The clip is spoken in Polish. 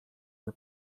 nie